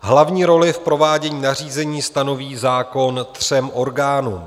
Hlavní roli v provádění nařízení stanoví zákon třem orgánům.